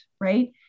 right